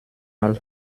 mal